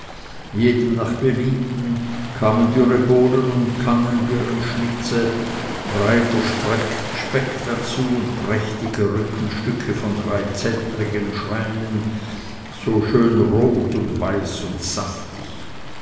jedem nach belieben kamen dürre bohnen und kannenbirenschnitze breiter speck dazu und prächtige rückenstücke von dreizentnerigen schweinen so schön rot und weiß und saftig